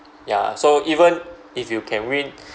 ya so even if you can win